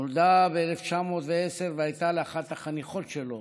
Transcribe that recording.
נולדה ב-1920 והייתה לאחת החניכות שלו